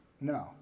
No